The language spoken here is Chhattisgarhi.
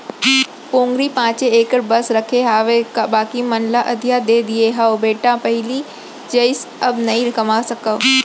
पोगरी पॉंचे एकड़ बस रखे हावव बाकी मन ल अधिया दे दिये हँव बेटा पहिली जइसे अब नइ कमा सकव